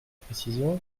précisions